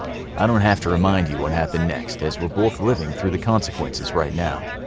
i don't have to remind you what happened next, as we are both living through the consequences right now.